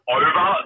over